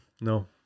No